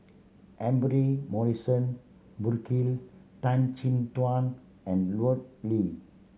Humphrey Morrison Burkill Tan Chin Tuan and Lut Ali